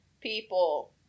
people